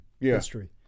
history